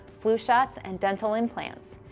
flu shots and dental implants.